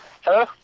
Hello